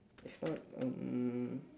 if not um